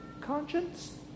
conscience